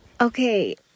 Okay